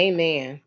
Amen